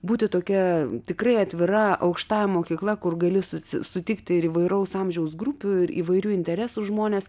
būti tokia tikrai atvira aukštąja mokykla kur gali su sutikti ir įvairaus amžiaus grupių ir įvairių interesų žmones